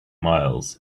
miles